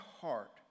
heart